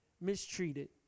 mistreated